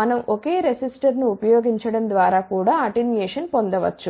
మనం ఒకే రెసిస్టర్ను ఉపయోగించడం ద్వారా కూడా అటెన్యుయేషన్ పొందవచ్చు